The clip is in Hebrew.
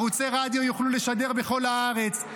ערוצי רדיו יוכלו לשדר בכל הארץ.